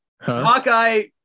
Hawkeye